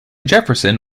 jefferson